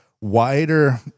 wider